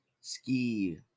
ski